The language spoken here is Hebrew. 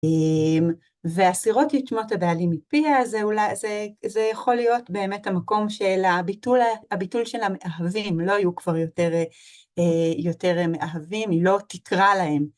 והסירות את שמות הבעלים מפיה, זה יכול להיות באמת המקום של הביטול של המאהבים, לא יהיו כבר יותר מאהבים, היא לא תקרא להם.